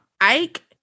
Ike